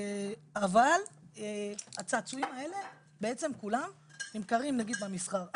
אבל הצעצועים האלה בעצם כולם נמכרים נגיד במסחר.